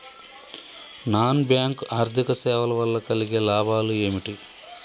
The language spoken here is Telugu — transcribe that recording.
నాన్ బ్యాంక్ ఆర్థిక సేవల వల్ల కలిగే లాభాలు ఏమిటి?